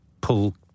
pull